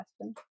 question